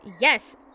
Yes